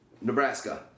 Nebraska